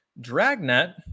Dragnet